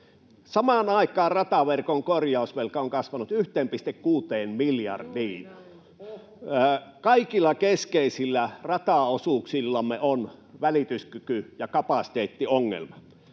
Samaan aikaan rataverkon korjausvelka on kasvanut 1,6 miljardiin. [Vasemmalta: Juuri näin! Ohhoh!] Kaikilla keskeisillä rataosuuksillamme on välityskyky‑ ja kapasiteettiongelma.